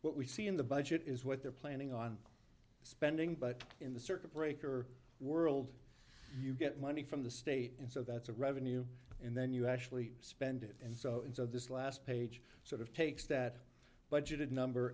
what we see in the budget is what they're planning on spending but in the circuit breaker world you get money from the state and so that's a revenue and then you actually spend it and so and so this last page sort of takes that budgeted number